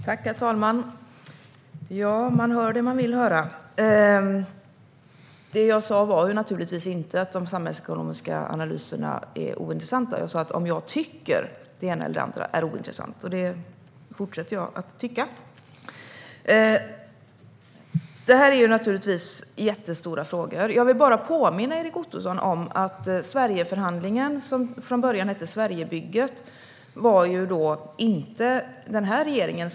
Herr talman! Man hör det man vill höra. Det jag sa var naturligtvis inte att de samhällsekonomiska analyserna är ointressanta. Det jag sa var att det är ointressant om jag tycker det ena eller det andra, och det står jag fast vid. Det här är naturligtvis jättestora frågor. Jag vill bara påminna Erik Ottoson om att Sverigeförhandlingen, som från början hette Sverigebygget, inte tillsattes av den här regeringen.